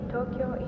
Tokyo